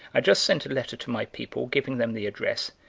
i just sent a letter to my people, giving them the address,